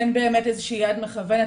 אין באמת איזושהי יד מכוונת.